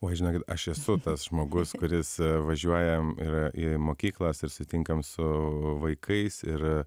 oi žinokit aš esu tas žmogus kuris važiuojam ir į mokyklas ir susitinkam su vaikais ir